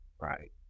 Right